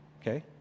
okay